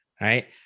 right